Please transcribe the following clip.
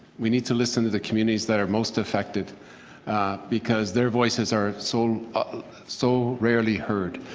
we need to listen to the community that are most affected because their voices are so so barely heard.